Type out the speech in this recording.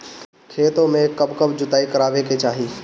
खेतो में कब कब जुताई करावे के चाहि?